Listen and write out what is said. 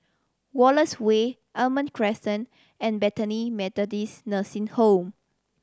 Wallace Way Almond Crescent and Bethany Methodist Nursing Home